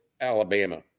Alabama